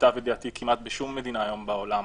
למיטב ידיעתי כמעט בשום מדינה בעולם,